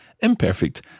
imperfect